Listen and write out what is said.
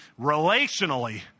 relationally